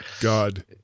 God